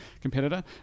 competitor